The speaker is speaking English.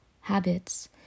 habits